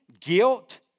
guilt